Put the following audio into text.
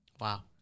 Wow